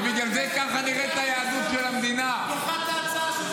ובגלל זה ככה נראית היהדות של המדינה -- דוחה את ההצעה שלך.